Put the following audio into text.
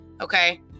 Okay